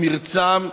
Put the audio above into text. ממרצם,